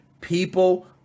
people